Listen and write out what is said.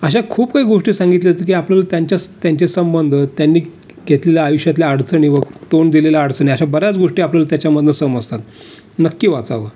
अशा खूप काही गोष्टी सांगितल्या आहेत की आपल्याला त्यांच्यास् त्यांचे संबंध त्यांनी घेतलेल्या आयुष्यातल्या अडचणी व तोंड दिलेल्या अडचणी अशा बऱ्याच गोष्टी आपल्याला त्याच्यामधून समजतात नक्की वाचावं